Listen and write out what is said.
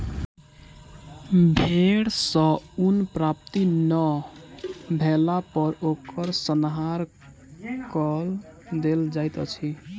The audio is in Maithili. भेड़ सॅ ऊन प्राप्ति नै भेला पर ओकर संहार कअ देल जाइत अछि